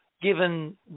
given